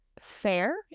fair